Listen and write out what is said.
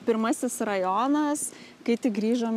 pirmasis rajonas kai tik grįžom